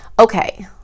Okay